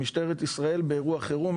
זאת משטרת ישראל באירוע חירום,